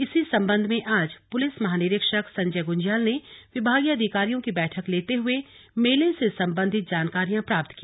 इसी संबंध में आज पुलिस महानिरीक्षक संजय गुंज्याल ने विभागीय अधिकारियों की बैठक लेते हुए मेले से संबंधित जानकारियां प्राप्त की